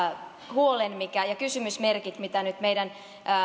huolen ja ne kysymysmerkit mitä meidän